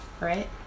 Right